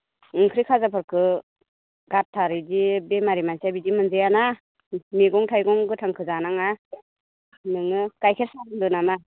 ओंख्रि खाजाफोरखौ गारथार इदि बेमारि मानसिया बिदि मोनजाया ना मैगं थाइगं गोथांखौ जानाङा नोङो गायखेर साहा लोंदों नामा